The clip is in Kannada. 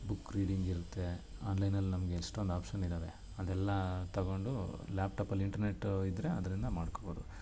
ಬುಕ್ ರೀಡಿಂಗ್ ಇರುತ್ತೆ ಆನ್ಲೈನಲ್ಲಿ ನಮಗೆ ಎಷ್ಟೋಂದು ಆಪ್ಶನ್ ಇದ್ದಾವೆ ಅದೆಲ್ಲಾ ತೆಗೊಂಡು ಲ್ಯಾಪ್ಟಾಪಲ್ಲಿ ಇಂಟ್ರನೆಟ್ಟು ಇದ್ದರೆ ಅದರಿಂದ ಮಾಡ್ಕೋಬೋದು